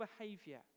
behavior